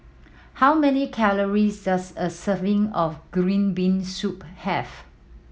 how many calories does a serving of green bean soup have